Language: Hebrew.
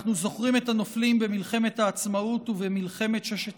אנחנו זוכרים את הנופלים במלחמת העצמאות ובמלחמת ששת